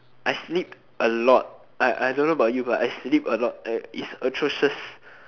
I sleep a lot I I don't know about you but I sleep a lot it's atrocious